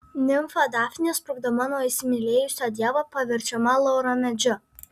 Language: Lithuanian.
nimfa dafnė sprukdama nuo įsimylėjusio dievo paverčiama lauramedžiu